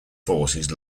forces